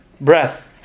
breath